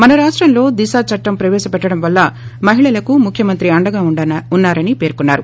మన రాష్టంలో దిశ చట్టం ప్రవేశపెట్టం వల్ల మహిళలకు ముఖ్యమంత్రి అండగా ఉన్నారని పేర్కొన్నారు